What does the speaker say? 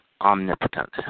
omnipotent